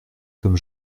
comme